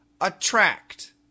attract